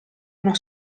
uno